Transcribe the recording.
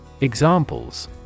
Examples